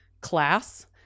class